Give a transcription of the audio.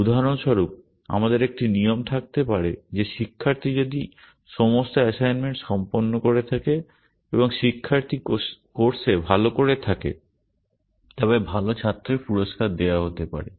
উদাহরণ স্বরূপ আমাদের একটি নিয়ম থাকতে পারে যে শিক্ষার্থী যদি সমস্ত অ্যাসাইনমেন্ট সম্পন্ন করে থাকে এবং শিক্ষার্থী কোর্সে ভালো করে থাকে তবে ভালো ছাত্রের পুরষ্কার দেওয়া হতে পারে